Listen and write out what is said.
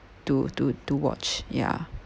to to to watch ya